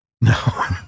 No